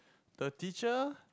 the teacher